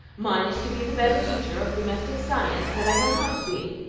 mine is to be the best teacher of domestic science that i know how to be.